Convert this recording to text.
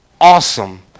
awesome